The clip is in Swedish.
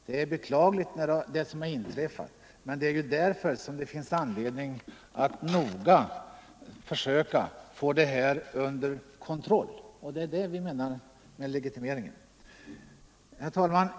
Det som har skett är beklagligt, men just därför finns det anledning att försöka få detta under noggrann kontroll genom en legitimering. Herr talman!